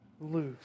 loose